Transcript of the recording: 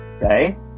right